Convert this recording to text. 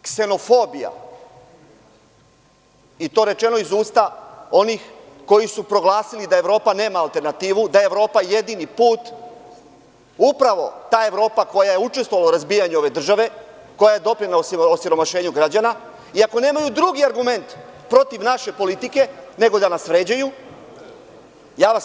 Ako je to ksenofobija, i to rečeno iz usta onih koji su proglasili da Evropa nema alternativu, da je Evropa jedini put, upravo ta Evropa koja je učestvovala u razbijanju države, koja je doprinela osiromašenju građana, iako nemaju drugi argument protiv naše politike, nego da nas vređaju,